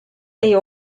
ayı